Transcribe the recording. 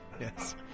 yes